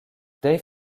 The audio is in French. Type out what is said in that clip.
dave